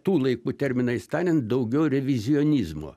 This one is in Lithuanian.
tų laikų terminais tariant daugiau revizionizmo